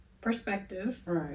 perspectives